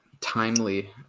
timely